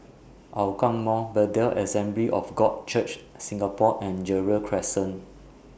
Hougang Mall Bethel Assembly of God Church Singapore and Gerald Crescent